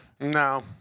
No